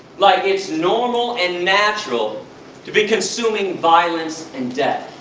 like it's normal and natural to be consuming violence and death.